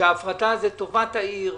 ההפרטה היא לטובת העיר,